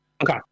Okay